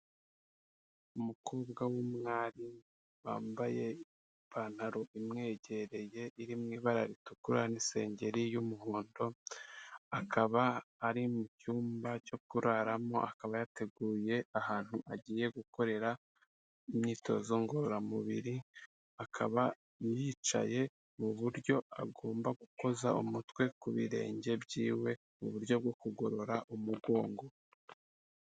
Umukobwa w'umwari, wambaye ipantaro imwegereye iri mu ibara ritukura n'isengeri y'umuhondo, akaba ari mu cyumba cyo kuraramo, akaba yateguye ahantu agiye gukorera imyitozo ngororamubiri, akaba yicaye mu buryo agomba gukoza umutwe ku birenge byiwe, mu buryo bwo kugorora umugongo.